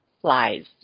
flies